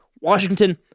Washington